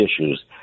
issues